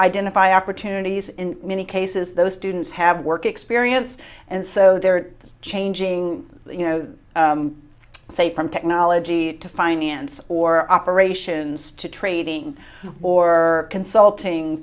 identify opportunities in many cases those students have work experience and so they're changing you know say from technology to finance or operations to trading or consulting